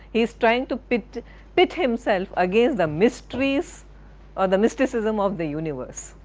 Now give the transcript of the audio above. he is trying to pit pit himself against the mysteries or the mysticism of the universe.